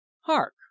Hark